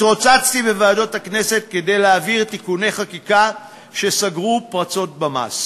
התרוצצתי בוועדות הכנסת כדי להעביר תיקוני חקיקה שסגרו פרצות במס.